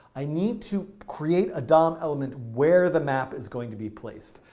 i need to create a dom element where the map is going to be placed.